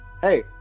hey